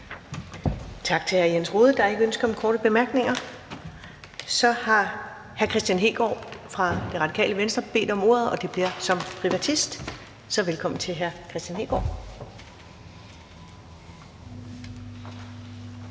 Tak til hr. Jens Rohde. Der er ikke ønske om korte bemærkninger. Så har hr. Kristian Hegaard fra Radikale Venstre bedt om ordet, og det bliver som privatist. Så velkommen til hr. Kristian Hegaard. Kl.